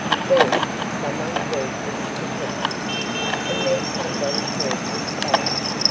first someone calls us detectives and then somebody calls us spies.